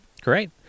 Great